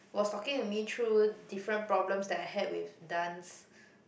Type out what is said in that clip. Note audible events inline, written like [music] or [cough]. was talking to me through different problems that I had with dance [breath]